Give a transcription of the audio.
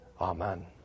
Amen